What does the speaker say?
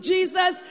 Jesus